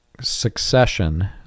succession